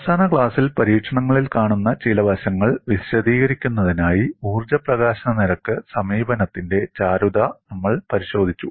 അവസാന ക്ലാസിൽ പരീക്ഷണങ്ങളിൽ കാണുന്ന ചില വശങ്ങൾ വിശദീകരിക്കുന്നതിനായി ഊർജ്ജ പ്രകാശന നിരക്ക് സമീപനത്തിന്റെ ചാരുത നമ്മൾ പരിശോധിച്ചു